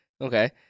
okay